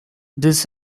this